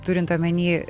turint omeny